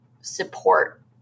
support